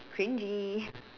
cringey